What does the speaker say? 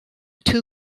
two